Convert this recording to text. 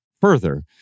further